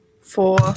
Four